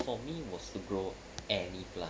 for me was to grow any plant